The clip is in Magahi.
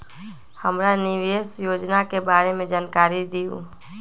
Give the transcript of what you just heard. हमरा निवेस योजना के बारे में जानकारी दीउ?